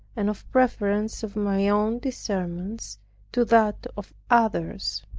and of preference of my own discernments to that of others.